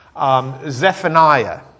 Zephaniah